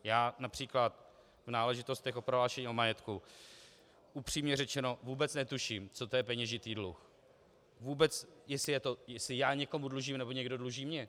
Já například v náležitostech o prohlášení o majetku upřímně vůbec netuším, co to je peněžitý dluh, vůbec jestli já někomu dlužím, nebo někdo dluží mně.